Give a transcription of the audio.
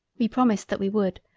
we promised that we would,